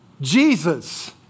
Jesus